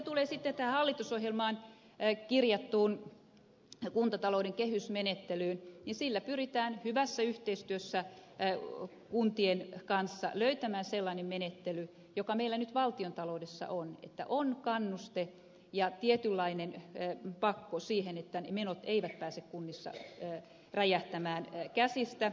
mitä tulee sitten tähän hallitusohjelmaan kirjattuun kuntatalouden kehysmenettelyyn niin sillä pyritään hyvässä yhteistyössä kuntien kanssa löytämään sellainen menettely joka meillä nyt valtiontaloudessa on että on kannuste ja tietynlainen pakko siihen että menot eivät pääse kunnissa räjähtämään käsiin